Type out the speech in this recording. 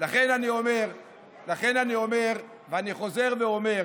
לכן אני אומר ואני חוזר ואומר